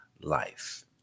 life